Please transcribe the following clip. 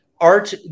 art